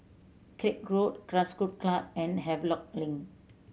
Craig Road Grassroot Club and Havelock Link